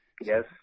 Yes